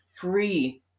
free